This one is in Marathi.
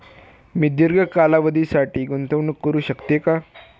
मी दीर्घ कालावधीसाठी गुंतवणूक करू शकते का?